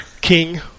King